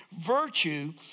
virtue